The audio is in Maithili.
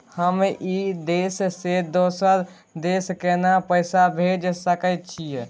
हम ई देश से दोसर देश केना पैसा भेज सके छिए?